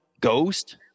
Ghost